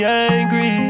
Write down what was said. angry